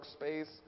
workspace